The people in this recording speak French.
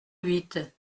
huit